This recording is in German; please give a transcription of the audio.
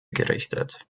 gerichtet